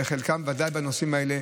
וחלקם בוודאי בנושאים האלה.